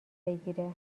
بگیره